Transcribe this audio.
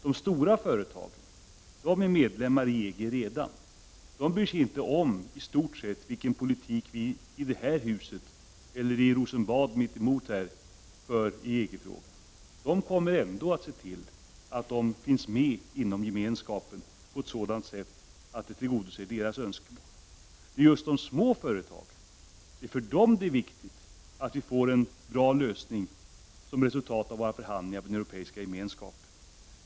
De stora företagen är redan medlemmar i EG. De bryr sig i stort sett inte om vilken politik som i det här huset, eller i Rosenbad mitt emot, drivs i EG-frågan. De stora företagen kommer ändå att se till att de finns med inom gemenskapen på ett sådant sätt att deras önskemål tillgodoses. Det är just för de små företagen som det är viktigt att vi får en bra lösning som resultat av våra förhandlingar med den europeiska gemenskapen.